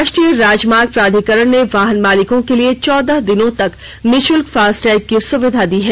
राष्ट्रीय राजमार्ग प्राधिकरण ने वाहन मालिकों के लिए चौदह दिनों तक निःशुल्क फास्टैग की सुविधा दी है